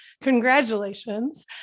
Congratulations